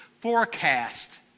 forecast